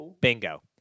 bingo